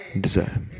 Desire